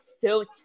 suit